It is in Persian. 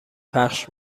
پخش